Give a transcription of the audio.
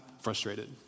frustrated